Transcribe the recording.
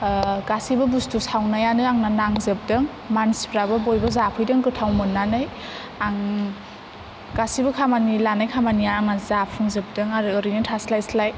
गासिबो बुस्थु सावनायानो आंना नांजोबदों मानसिफ्राबो बयबो जाफैदों गोथाव मोननानै आं गासिबो खामानि लानाय खामानिया आंना जाफुंजोबदों आरो एरैनो थास्लाय स्लाय